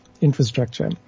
infrastructure